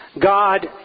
God